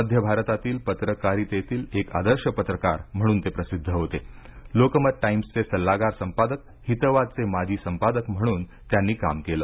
मध्य भारतातील पत्रकारितेतील एक आदर्श पत्रकार म्हणून ते प्रसिद्ध होते लोकमत टाईम्सचे सल्लागार संपादक हितवादचे माजी संपादक म्हणून त्यांनी काम केलं